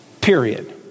period